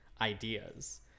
ideas